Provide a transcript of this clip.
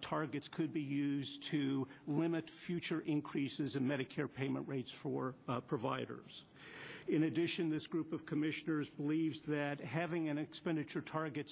targets could be used to limit future increases in medicare payment rates for providers in addition this group of commissioners believes that having an expenditure target